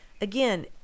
again